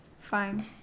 Fine